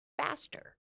faster